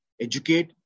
educate